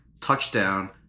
touchdown